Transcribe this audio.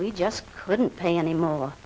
we just couldn't pay anymore